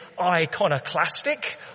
iconoclastic